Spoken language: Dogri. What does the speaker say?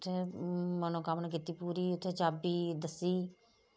उत्थै मनोकामना कीती पूरी उत्थै चाब्बी दस्सी